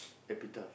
epi tough